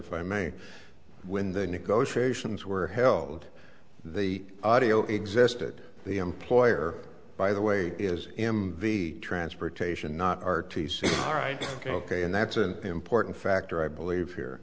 if i may when the negotiations were held the audio existed the employer by the way is m v transportation not r t c right ok and that's an important factor i believe here